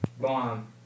bomb